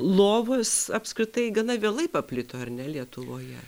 lovos apskritai gana vėlai paplito ar ne lietuvoje